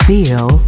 Feel